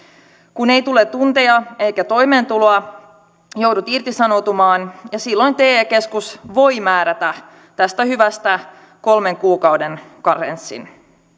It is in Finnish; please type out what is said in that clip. kun ei tule tunteja eikä toimeentuloa joudut irtisanoutumaan ja silloin te keskus voi määrätä tästä hyvästä kolmen kuukauden karenssin